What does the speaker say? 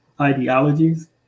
ideologies